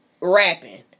rapping